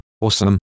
awesome